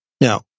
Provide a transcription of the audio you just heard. Now